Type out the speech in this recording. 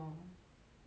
你都不记得